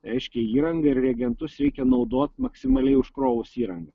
reiškia įranga ir regentus reikia naudot maksimaliai užkrovus įrangą